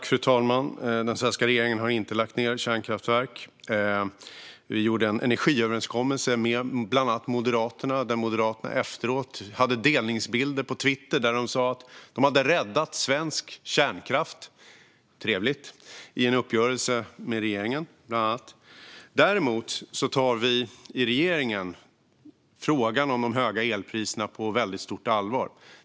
Fru talman! Den svenska regeringen har inte lagt ned kärnkraftverk. Vi gjorde en energiöverenskommelse med bland andra Moderaterna. Efteråt hade Moderaterna delningsbilder på Twitter där de sa att de hade räddat svensk kärnkraft - trevligt - i en uppgörelse med bland andra regeringen. Däremot tar vi i regeringen frågan om de höga elpriserna på väldigt stort allvar.